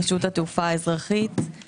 רשות התעופה האזרחית,